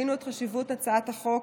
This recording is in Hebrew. יבינו את חשיבות הצעת החוק